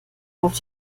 auf